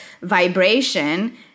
vibration